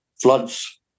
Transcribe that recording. floods